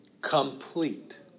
complete